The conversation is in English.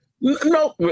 No